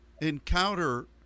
encounter